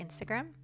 Instagram